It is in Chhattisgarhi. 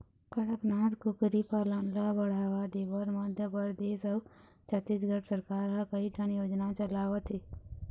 कड़कनाथ कुकरी पालन ल बढ़ावा देबर मध्य परदेस अउ छत्तीसगढ़ सरकार ह कइठन योजना चलावत हे